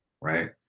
right